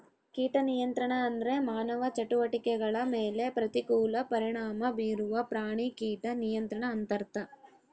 ಕೀಟ ನಿಯಂತ್ರಣ ಅಂದ್ರೆ ಮಾನವ ಚಟುವಟಿಕೆಗಳ ಮೇಲೆ ಪ್ರತಿಕೂಲ ಪರಿಣಾಮ ಬೀರುವ ಪ್ರಾಣಿ ಕೀಟ ನಿಯಂತ್ರಣ ಅಂತರ್ಥ